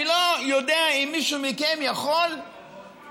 אני לא יודע אם מישהו מכם יכול להעלות